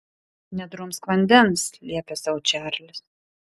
nedrumsk vandens liepė sau čarlis